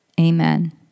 Amen